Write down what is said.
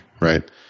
right